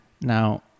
Now